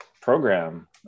program